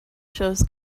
shows